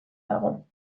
dago